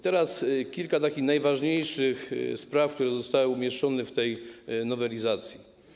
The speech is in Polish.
Teraz kilka najważniejszych spraw, które zostały umieszczone w tej nowelizacji.